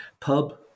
pub